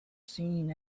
seen